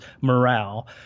morale